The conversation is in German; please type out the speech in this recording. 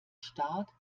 stark